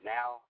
Now